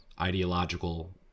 ideological